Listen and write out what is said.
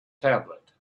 tablet